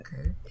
okay